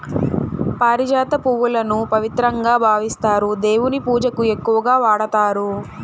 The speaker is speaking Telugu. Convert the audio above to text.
పారిజాత పువ్వులను పవిత్రంగా భావిస్తారు, దేవుని పూజకు ఎక్కువగా వాడతారు